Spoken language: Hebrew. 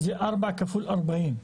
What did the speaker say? זה 4 כפול 40,